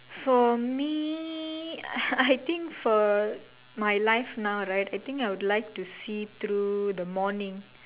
for me I think for my life now right I think I would like to see through the morning